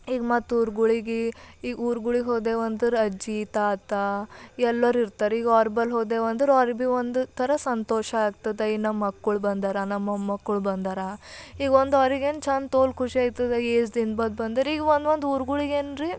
ಈಗ ಮತ್ತು ಊರ್ಗಳಿಗೆ ಈಗ ಊರ್ಗಳಿಗೆ ಹೋದೆವು ಅಂದರೆ ಅಜ್ಜಿ ತಾತ ಎಲ್ಲರೂ ಇರ್ತಾರೆ ಈಗ ಅವ್ರ ಬಳಿ ಹೋದೆವು ಅಂದ್ರೆ ಅವ್ರು ಭೀ ಒಂದು ಥರ ಸಂತೋಷ ಆಗ್ತದ ಇನ್ನೂ ಮಕ್ಕಳು ಬಂದಾರ ನಮ್ಮ ಮೊಮ್ಮಕ್ಕಳು ಬಂದಾರ ಈಗ ಒಂದು ಅವ್ರಿಗೆ ಏನು ಚೆಂದ ತೋಲ್ ಖುಷಿ ಆಯ್ತದ ಏಜದಿಂದ ಬಂದರೆ ಈಗ ಒಂದು ಒಂದು ಊರ್ಗಳಿಗೆ ಏನ್ರಿ